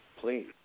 please